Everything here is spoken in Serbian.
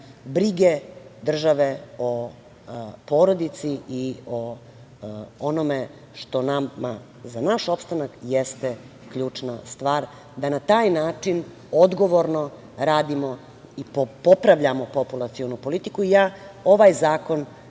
brige države o porodici i o onome što nama za naš opstanak jeste ključna stvar, da na taj način odgovorno radimo i popravljamo populacionu politiku. Ja ovaj zakon